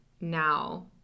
now